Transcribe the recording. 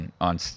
on